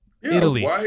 Italy